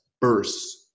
burst